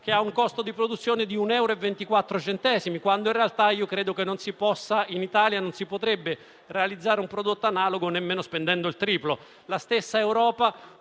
che ha un costo di produzione di 1,24 euro, quando in realtà credo che in Italia non si potrebbe realizzare un prodotto analogo nemmeno spendendo il triplo;